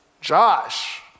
Josh